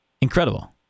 Incredible